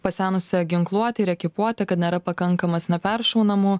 pasenusia ginkluote ir ekipuote kad nėra pakankamas neperšaunamų